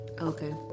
okay